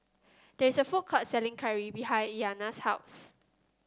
there is a food court selling curry behind Iyanna's house